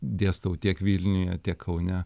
dėstau tiek vilniuje tiek kaune